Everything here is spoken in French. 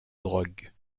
drogue